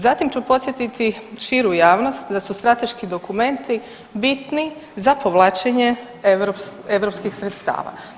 Zatim ću podsjetiti širu javnost da su strateški dokumenti bitni za povlačenje europskih sredstava.